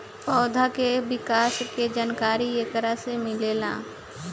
पौधा के विकास के जानकारी एकरा से मिलेला